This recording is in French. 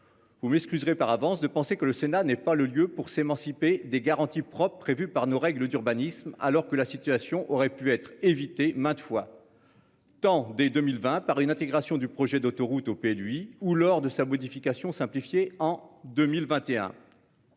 Vous m'excuserez par avance de penser que le Sénat n'est pas le lieu pour s'émanciper des garanties propres prévues par nos règles d'urbanisme. Alors que la situation aurait pu être évitée maintes fois. Tant dès 2020 par une intégration du projet d'autoroute au lui ou lors de sa modification simplifiée en 2021.